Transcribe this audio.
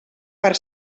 per